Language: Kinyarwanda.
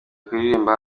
kuririmba